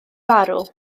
farw